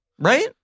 Right